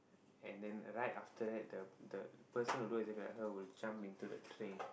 and the right after that the the person who look exactly like her would jump into the train